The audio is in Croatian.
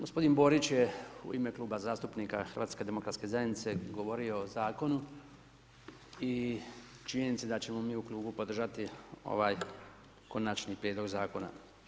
Gospodin Borić je u ime kluba zastupnika HDZ-a govorio o Zakonu i činjenici da ćemo mi u klubu podržati ovaj Konačni Prijedlog zakona.